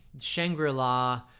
Shangri-La